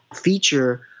feature